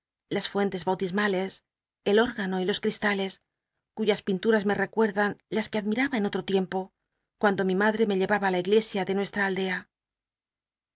las fuentes bauli males el órgano y los ctis a lcs cuyas pinturas me recuc l dan las que admiraba en oll'otiempo cuando mi madre me llc aba la iglesia de nuest ra aldea